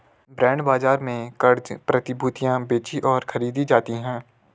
bond बाजार में क़र्ज़ प्रतिभूतियां बेचीं और खरीदी जाती हैं